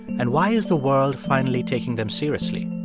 and why is the world finally taking them seriously?